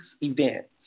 events